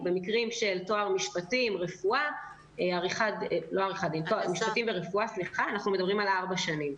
ובמקרים של תואר במשפטים או רפואה או הנדסה אנחנו מדברים על ארבע שנים.